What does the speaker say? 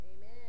Amen